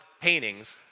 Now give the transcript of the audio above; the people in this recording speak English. paintings